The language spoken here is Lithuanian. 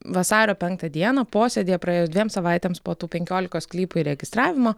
vasario penktą dieną posėdyje praėjus dviem savaitėms po tų penkiolikos sklypų įregistravimo